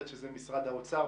שזה משרד האוצר.